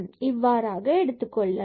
இவ்வாறாக எடுத்துக் கொள்ளலாம்